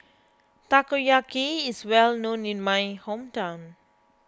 Takoyaki is well known in my hometown